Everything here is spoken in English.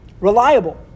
Reliable